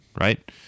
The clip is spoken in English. right